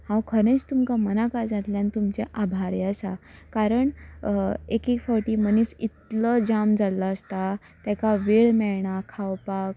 sir हांव खरेंच तुमकां मना काळजांतल्यान तुमचें आभारी आसा कारण एकेक फावटी मनीस इतलो जाम जाल्लो आसता ताका वेळ मेळना खावपाक